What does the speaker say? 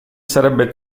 sarebbe